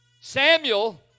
Samuel